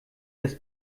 das